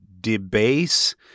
debase